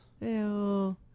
Ew